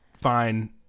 fine